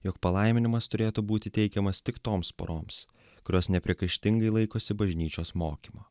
jog palaiminimas turėtų būti teikiamas tik toms poroms kurios nepriekaištingai laikosi bažnyčios mokymo